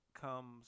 comes